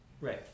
right